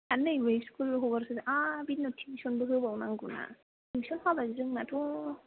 आर नै बै स्कुल हगारसैलाय आर बिनि उनाव थुइसनबो होबाव नांगौना थुइसन होयाबा जोंनाथ'